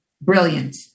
brilliant